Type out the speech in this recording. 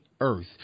earth